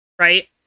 Right